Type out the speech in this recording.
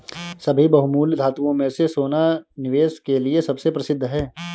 सभी बहुमूल्य धातुओं में से सोना निवेश के लिए सबसे प्रसिद्ध है